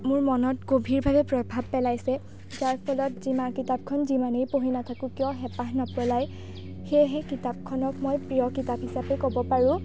মোৰ মনত গভীৰভাৱে প্ৰভাৱ পেলাইছে যাৰ ফলত যিমা কিতাপখন যিমানেই পঢ়ি নাথাকোঁ কিয় হেপাহ নপলায় সেয়েহ কিতাপখনক মই প্ৰিয় কিতাপ হিচাপে ক'ব পাৰোঁ